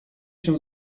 się